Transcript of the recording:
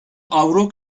avro